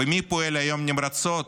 ומי פועל היום נמרצות